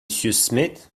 smith